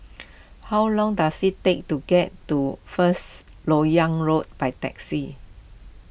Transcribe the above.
how long does it take to get to First Lok Yang Road by taxi